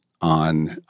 on